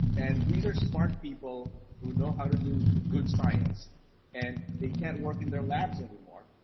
and these are smart people who know how to do good science and they can't work in their labs anymore,